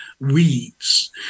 weeds